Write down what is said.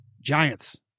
Giants